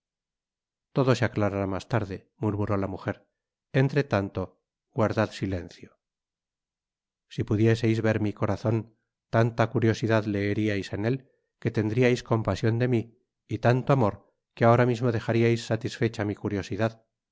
todo se aclarará mas tarde murmuró la mujer entre tanto guardad silencio si pudieseis ver mi corazon tanta curiosidad leeriais en él que tendriais compasion de mi y tanto amor que ahora mismo dejariais satisfecha mi curiosidad